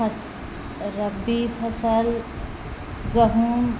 रबी फसल गहुँम